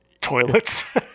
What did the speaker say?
toilets